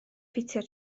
ffitio